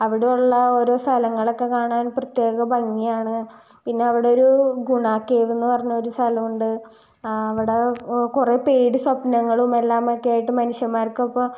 അവിടെയുള്ള ഓരോ സ്ഥലങ്ങൾ ഒക്കെ കാണാൻ പ്രത്യേക ഭംഗിയാണ് പിന്നെ അവിടെ ഒരു ഗുണാ കേവ് എന്ന് പറഞ്ഞൊരു സ്ഥലമുണ്ട് അവിടെ കുറേ പേടി സ്വപ്നങ്ങളും എല്ലാമൊക്കെയായിട്ട് മനുഷ്യന്മാർക്കൊപ്പം